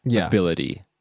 ability